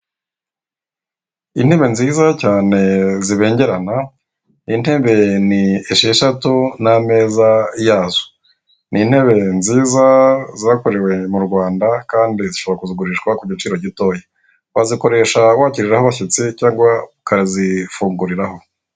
Intebe nziza cyane zibengerana, intebe ni eshahshatu n'ameza yazo. Ni intebe nziza zakorewe mu Rwanda kandi zishobora kugurishwa ku giciro gitoya. Wazikoresha wakiriraho abashyitsi cyangwa ukazifunguriraho.